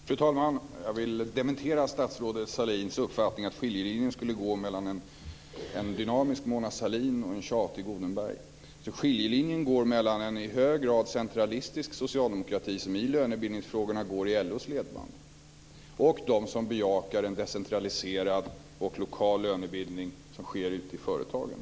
Fru talman! Jag vill bestrida statsrådet Sahlins uppfattning att skiljelinjen skulle gå mellan en dynamisk Mona Sahlin och en tjatig Odenberg. Skiljelinjen går mellan en i hög grad centralistisk socialdemokrati, som i lönebildningsfrågorna går i LO:s ledband, och dem som bejakar en decentraliserad och lokal lönebildning som sker ute i företagen.